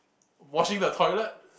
washing the toilet